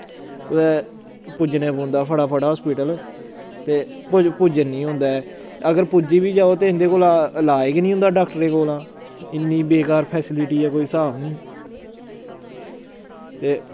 कुतै पुज्जने पौंदा फटाफट हास्पिटल ते पूज पुज्जना निं होंदा ऐ अगर पुज्जी बी जाओ ते इन्दे कोला इलाज गै निं होंदा डाक्टरें कोला इन्नी बेकार फैसिलिटी ऐ कोई स्हाब निं ते